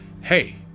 hey